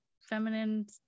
feminine